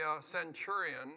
centurion